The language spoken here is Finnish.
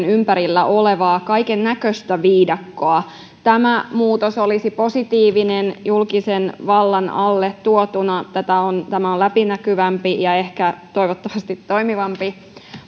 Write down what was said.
ympärillä olevaa kaikennäköistä viidakkoa tämä muutos olisi positiivinen julkisen vallan alle tuotuna tämä on läpinäkyvämpi ja ehkä toivottavasti toimivampi